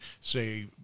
say